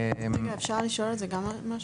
רגע, אפשר לשאול על זה גם משהו?